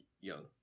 young